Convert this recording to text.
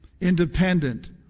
independent